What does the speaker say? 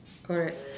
correct